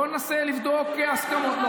בוא ננסה לבדוק הסכמות,